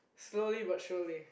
slowly but surely